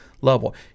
level